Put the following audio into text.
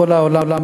בכל העולם,